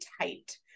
tight